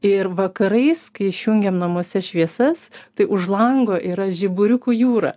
ir vakarais kai išjungiam namuose šviesas tai už lango yra žiburiukų jūra